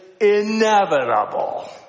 inevitable